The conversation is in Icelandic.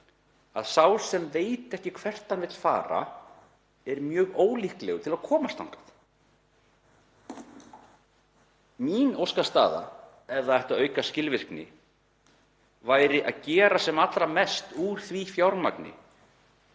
að sá sem veit ekki hvert hann vill fara er mjög ólíklegur til að komast þangað. Mín óskastaða, ef það ætti að auka skilvirkni, væri að gera sem allra mest úr því fjármagni